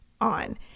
on